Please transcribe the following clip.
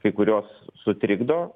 kai kurios sutrikdo